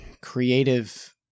creative